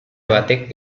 batek